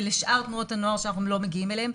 לשאר תנועות הנוער שאנחנו מגיעים אליהן.